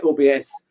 OBS